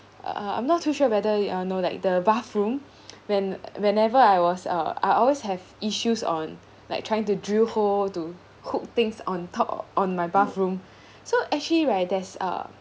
uh I'm not too sure whether you all know that like the bathroom when whenever I was uh I always have issues on like trying to drill hole to hook things on top on my bathroom so actually right there's uh